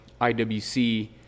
IWC